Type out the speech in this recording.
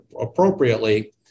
appropriately